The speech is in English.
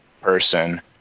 person